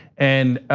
and,